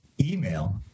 email